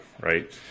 right